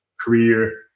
career